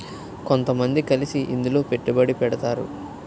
కొంతమంది కలిసి ఇందులో పెట్టుబడి పెడతారు